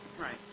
Right